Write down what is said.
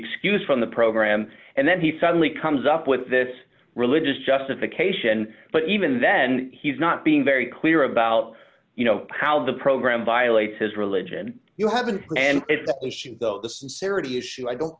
excused from the program and then he suddenly comes up with this religious justification but even then he's not being very clear about you know how the program violates his religion you have been and if we should go the sincerity issue i don't